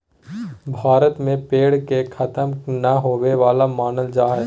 भारत में पेड़ के खतम नय होवे वाला मानल जा हइ